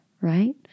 right